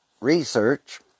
research